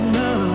no